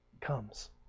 comes